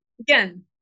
again